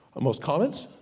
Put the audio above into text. the most comments?